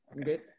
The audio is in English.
Okay